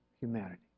humanity